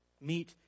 Meet